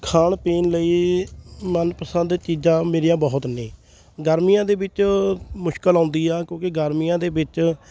ਖਾਣ ਪੀਣ ਲਈ ਮਨਪਸੰਦ ਚੀਜ਼ਾਂ ਮੇਰੀਆਂ ਬਹੁਤ ਨੇ ਗਰਮੀਆਂ ਦੇ ਵਿੱਚ ਮੁਸ਼ਕਿਲ ਆਉਂਦੀ ਆ ਕਿਉਂਕਿ ਗਰਮੀਆਂ ਦੇ ਵਿੱਚ